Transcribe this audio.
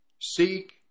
seek